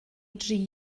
dri